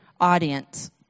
audience